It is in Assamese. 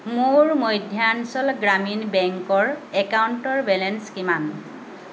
মোৰ মধ্যাঞ্চল গ্ৰামীণ বেংকৰ একাউণ্টৰ বেলেঞ্চ কিমান